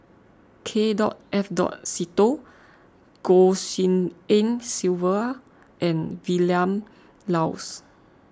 K dot F dot Seetoh Goh Tshin En Sylvia and Vilma Laus